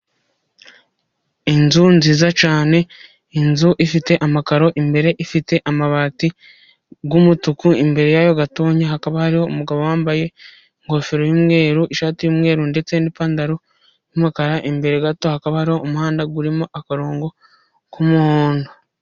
inzu nziza cyane, inzu ifite amakaro imbere ifite amabati y'umutuku, imbere y'ayo gatoya hakaba hariho umugabo wambaye ingofero y'umweru, ishati y'umweru ndetse n'ipantaro y'umukara. Imbere gato hakaba umuhanda urimo akarongo k'umuhondo.